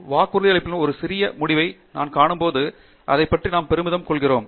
வாக்குறுதியளிக்கும் ஒரு சிறிய முடிவை நாம் காணும்போது அதைப் பற்றி நாம் பெருமிதம் கொள்கிறோம்